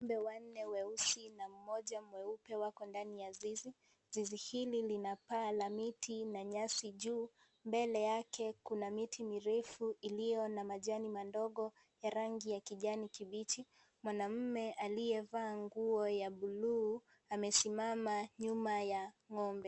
Ng'ombe wanne weusi na mmoja mweupe, wako ndani ya zizi. Zizi hili, lina paa la miti na nyasi juu. Mbele yake, kuna miti mirefu iliyo na majani madogo ya rangi ya kijani kibichi. Mwanaume aliyevaa, nguo ya buluu amesimama nyuma ya ng'ombe.